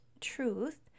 truth